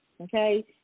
okay